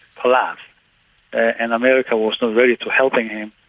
collapsed and america was not ready to help again,